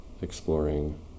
exploring